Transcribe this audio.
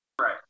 Right